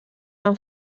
van